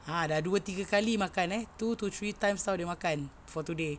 ah dah dua tiga kali makan eh two to three times [tau] dia makan for today